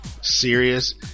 serious